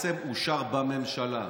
שאושר בממשלה.